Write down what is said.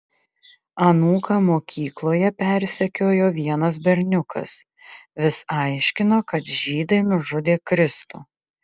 anūką mokykloje persekiojo vienas berniukas vis aiškino kad žydai nužudė kristų